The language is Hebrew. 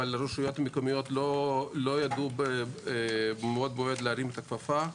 אבל הרשויות המקומיות לא ידעו מבעוד מועד להרים את הכפפה.